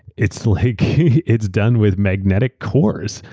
it's like it's done with magnetic cores,